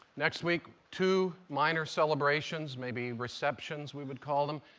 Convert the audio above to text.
next week two minor celebrations, maybe receptions we would call them.